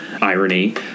irony